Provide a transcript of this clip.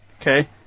Okay